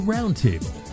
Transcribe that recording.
Roundtable